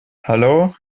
hallo